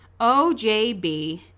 OJB